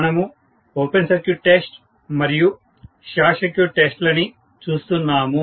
మనము open circuit test మరియు short circuit test లని చూస్తున్నాము